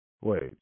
Wait